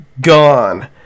gone